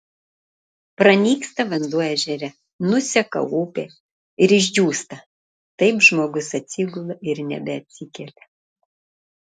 pranyksta vanduo ežere nuseka upė ir išdžiūsta taip žmogus atsigula ir nebeatsikelia